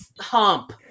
hump